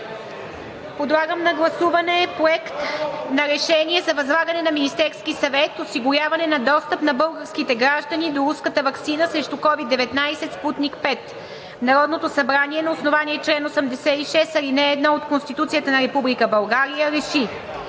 Подлагам на гласуване „Проект! РЕШЕНИЕ за възлагане на Министерски съвет осигуряване на достъп на българските граждани до руската ваксина срещу COVID-19 „Спутник V“ Народното събрание на основание чл. 86, ал. 1 от Конституцията на Република България РЕШИ: